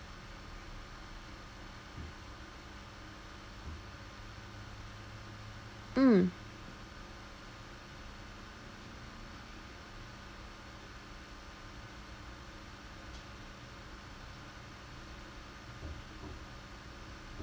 mm